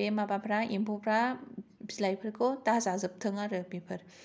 बे माबाफ्रा एमफौफ्रा बिलाइफोरखौ दाजाजोबथों आरो बेफोर